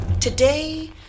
Today